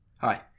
Hi